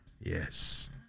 Yes